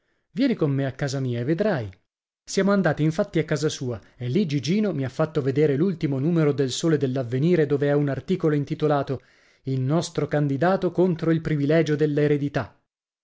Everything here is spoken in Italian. vieni con me a casa mia e vedrai siamo andati infatti a casa sua e lì gigino mi ha fatto vedere l'ultimo numero del sole dell'avvenire dove è un articolo intitolato il nostro candidato contro il privilegio